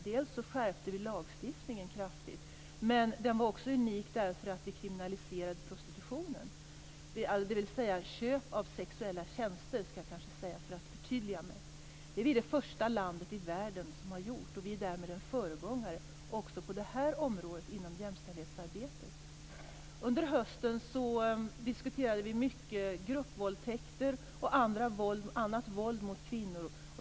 Dels skärptes lagstiftningen, dels kriminaliserades köp av sexuella tjänster. Sverige är det första landet i världen som har gjort detta. Vi är därmed föregångare även på det här området inom jämställdhetsarbetet. Under hösten diskuterades gruppvåldtäkter och annat våld mot kvinnor.